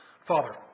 Father